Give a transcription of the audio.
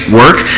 work